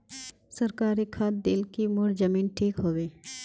सरकारी खाद दिल की मोर जमीन ठीक होबे?